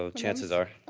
so chances are.